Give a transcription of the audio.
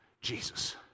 Jesus